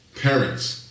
parents